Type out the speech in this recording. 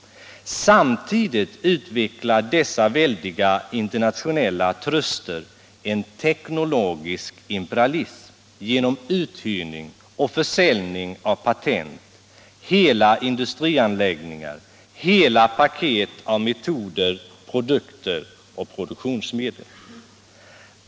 Samtidigt utvecklar dessa väldiga internationella truster en ”teknologisk imperialism” genom uthyrning och försäljning av patent, hela industrianläggningar, hela paket av metoder, produkter och produktionsmedel.